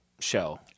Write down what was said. show